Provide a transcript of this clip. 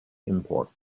import